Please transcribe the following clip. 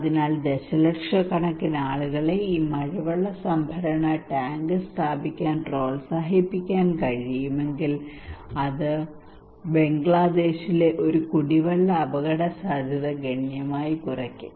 അതിനാൽ ദശലക്ഷക്കണക്കിന് ആളുകളെ ഈ മഴവെള്ള സംഭരണ ടാങ്ക് സ്ഥാപിക്കാൻ പ്രോത്സാഹിപ്പിക്കാൻ കഴിയുമെങ്കിൽ അത് ബംഗ്ലാദേശിലെ കുടിവെള്ള അപകടസാധ്യത ഗണ്യമായി കുറയ്ക്കും